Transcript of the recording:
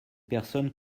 personnes